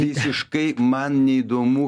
visiškai man neįdomu